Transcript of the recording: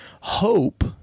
Hope